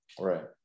Right